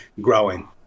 growing